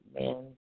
man